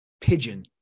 pigeon